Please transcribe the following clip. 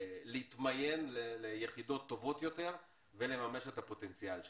להתמיין ליחידות טובות יותר ולממש את הפוטנציאל שלהם.